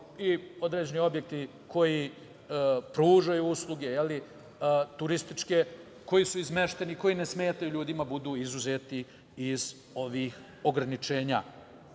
i određeni objekti koji pružaju usluge turističke, koji su izmešteni, koji ne smetaju ljudima budu izuzeti iz ovih ograničenja.